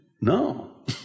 No